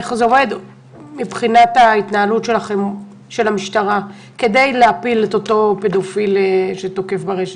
איך זה עובד מבחינת ההתנהלות של המשטרה כדי להפיל פדופיל שתוקף ברשת?